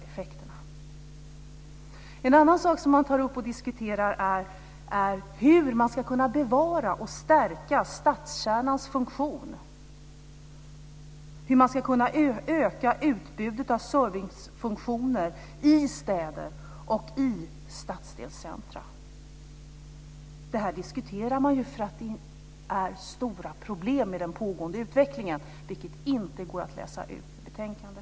En annan sak som man diskuterar är hur man ska kunna bevara och stärka stadskärnans funktion och hur man ska kunna öka utbudet av servicefunktioner i städer och i stadsdelscentrum. Detta diskuterar man därför att det är stora problem i den pågående utvecklingen, vilket inte går att läsa ut i betänkandet.